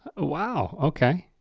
wow, okay.